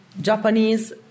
Japanese